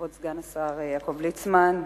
כבוד סגן השר יעקב ליצמן,